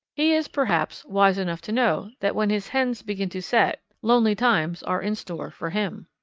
he is perhaps wise enough to know that when his hens begin to set lonely times are in store for him.